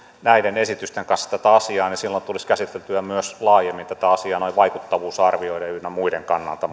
näiden esitysten kanssa tätä asiaa ja silloin tulisi käsiteltyä myös laajemmin tätä asiaa vaikuttavuusarvioiden ynnä muiden kannalta